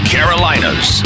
Carolinas